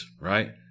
Right